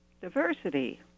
Diversity